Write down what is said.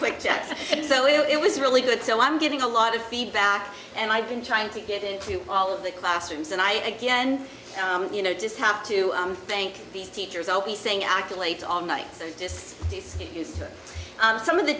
quick text and so it was really good so i'm getting a lot of feedback and i've been trying to get it to all of the classrooms and i again you know just have to thank the teachers always saying accolades all night and this is some of the